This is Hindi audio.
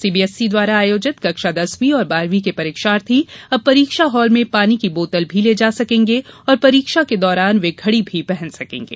सीबीएसई द्वारा आयोजित कक्षा दसवीं और बारहवीं के परीक्षार्थी अब परीक्षा हाल में पानी के बोतल भी ले जा सकेंगे और परीक्षा के दौरान वे घड़ी भी पहन सकेंगे